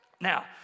Now